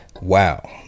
Wow